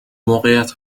موقعیت